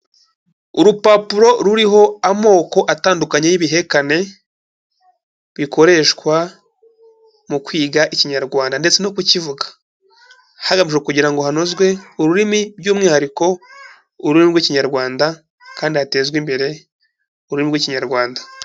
Urupapuro ruriho amoko atandukanye y'ibihekane bikoreshwa mu kwiga Ikinyarwanda ndetse no kukivuga hagamijwe kugira ngo hanozwe ururimi by'umwihariko ururimi rw'Ikinyarwanda kandi hatezwe imbere urumi rw'Ikinyarwanda.